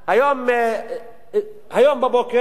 היום בבוקר,